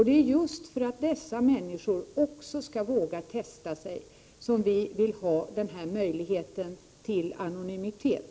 Det är just för att dessa människor också skall våga testa sig som vi vill ha den här möjligheten till anonymitet.